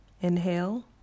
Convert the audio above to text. Inhale